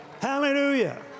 Hallelujah